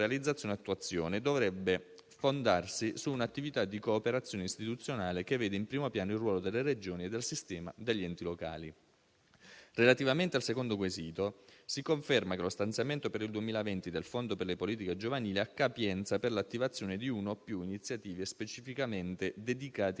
realizzazione e attuazione dovrebbe fondarsi su un'attività di cooperazione istituzionale, che vede in primo piano il ruolo delle Regioni e del sistema degli enti locali. Relativamente al secondo quesito, si conferma che lo stanziamento per il 2020 del fondo per le politiche giovanili ha capienza per l'attivazione di una o più iniziative specificamente dedicate